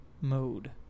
mode